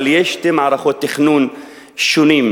אבל יש שתי מערכות תכנון שונות,